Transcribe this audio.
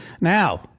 Now